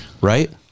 right